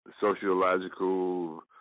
sociological